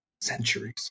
centuries